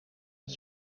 het